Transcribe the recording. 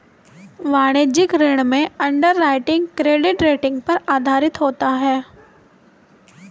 वाणिज्यिक ऋण में अंडरराइटिंग क्रेडिट रेटिंग पर आधारित होता है